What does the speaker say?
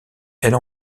elle